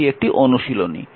এটি একটি অনুশীলনী